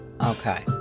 Okay